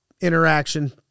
interaction